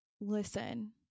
listen